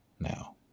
now